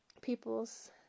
peoples